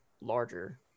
larger